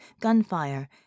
gunfire